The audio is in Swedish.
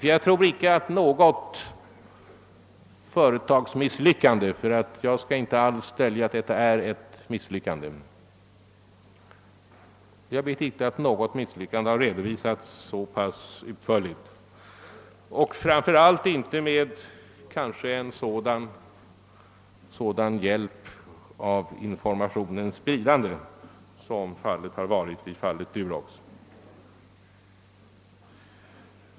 Jag tror nämligen inte att något företagsmisslyckande — jag skall inte alls dölja att detta är ett misslyckande — har redovisats så pass utförligt och framför allt inte med en sådan hjälp av informationsspridande som i fallet Durox.